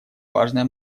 важное